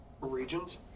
regions